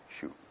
Shoot